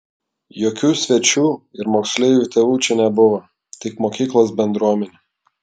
jokių svečių ir moksleivių tėvų čia nebuvo tik mokyklos bendruomenė